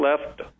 left